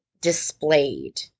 displayed